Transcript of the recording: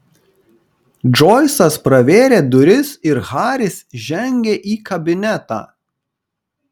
džoisas pravėrė duris ir haris žengė į kabinetą